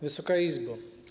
Wysoka Izbo!